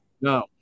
No